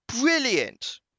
Brilliant